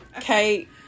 Kate